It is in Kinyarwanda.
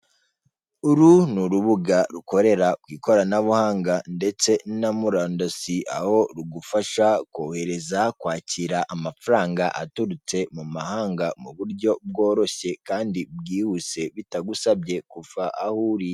Uru ni urubuga rukorera ku ikoranabuhanga ndetse na murandasi aho rugufasha kohereza no kwakira amafaranga aturutse mu mahanga mu buryo bworoshye kandi bwihuse bitagusabye kuva aho uri.